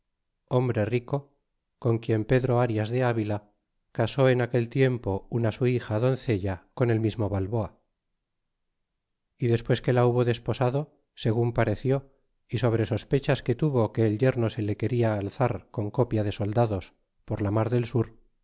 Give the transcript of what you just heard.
hombre rico con quien pedro arias de avila casó en aquel tiempo una su hija doncella con el mismo balboa y despues que la hubo desposado segun pareció y sobre sospechas que tuvo que el yerno se le quena alzar con copia de soldados por la mar del sur